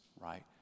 right